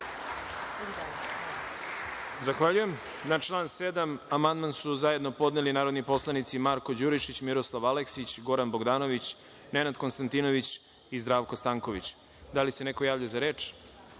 Zahvaljujem. Na član 7. amandman su zajedno podneli narodni poslanici Marko Đurišić, Miroslav Aleksić, Goran Bogdanović, Nenad Konstantinović i Zdravko Stanković. Da li neko želi reč?